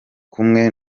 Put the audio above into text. kumwe